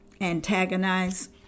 antagonize